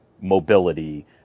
mobility